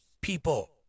people